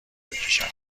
بکشم